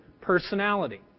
personality